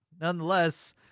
nonetheless